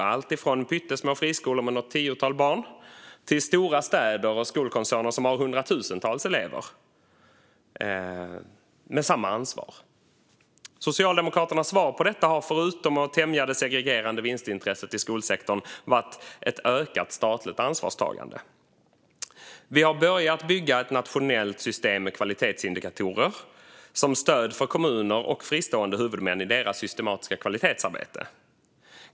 Det är alltifrån pyttesmå friskolor med något tiotal barn till stora städer och skolkoncerner som har hundratusentals elever - med samma ansvar. Socialdemokraternas svar på detta har förutom att tämja det segregerande vinstintresset i skolsektorn varit ett ökat statligt ansvarstagande. Vi har börjat bygga ett nationellt system med kvalitetsindikatorer som stöd för kommuner och fristående huvudmän i deras systematiska kvalitetsarbete.